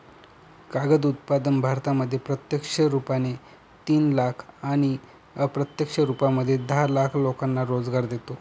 कागद उत्पादन भारतामध्ये प्रत्यक्ष रुपाने तीन लाख आणि अप्रत्यक्ष रूपामध्ये दहा लाख लोकांना रोजगार देतो